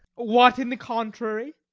what in the contrary?